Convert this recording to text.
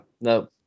no